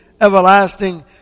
everlasting